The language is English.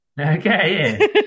Okay